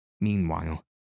Meanwhile